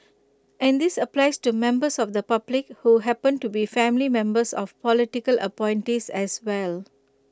and this applies to members of the public who happen to be family members of political appointees as well